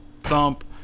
thump